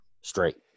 straight